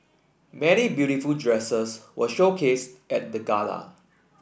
many beautiful dresses were showcased at the gala